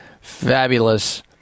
fabulous